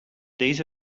these